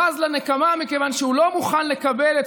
בז לנקמה מכיוון שהוא לא מוכן לקבל את